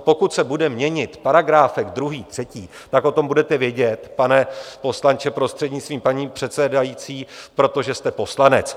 Pokud se bude měnit paragráfek, druhý, třetí, tak o tom budete vědět, pane poslanče, prostřednictvím paní předsedající, protože jste poslanec.